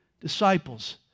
disciples